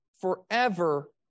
forever